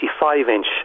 55-inch